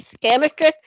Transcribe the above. chemistry